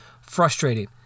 frustrating